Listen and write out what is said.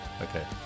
okay